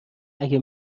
اگر